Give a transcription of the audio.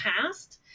past